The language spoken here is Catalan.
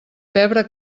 pebre